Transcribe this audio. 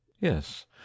yes